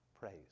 praise